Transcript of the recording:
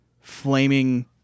flaming